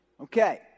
Okay